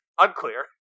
Unclear